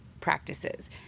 practices